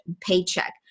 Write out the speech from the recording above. paycheck